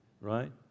right